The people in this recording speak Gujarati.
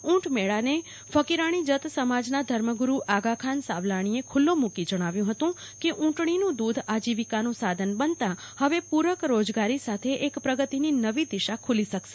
ઊંટમેળાને ફકીરાણી જત સમાજના ધર્મગુરુ આગાખાન સાવલાણીએ ખુલ્લો મૂકી જણાવ્યું હતું કેઊંટડીનું દૂધ આજીવિકાનું સાધન બનતાં હવે પૂરક રોજગારી સાથે એક પ્રગતિની નવી દિશા ખૂલી શકશે